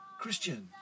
Christian